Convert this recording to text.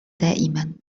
دائما